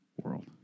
world